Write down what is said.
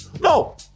No